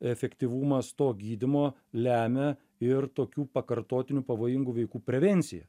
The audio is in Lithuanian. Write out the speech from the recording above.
efektyvumas to gydymo lemia ir tokių pakartotinių pavojingų veikų prevenciją